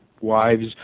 wives